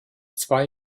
zwei